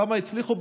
כמה הצליחו?